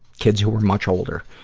kids who were much older.